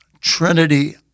Trinity